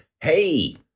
hey